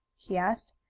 he asked.